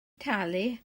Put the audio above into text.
talu